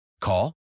Call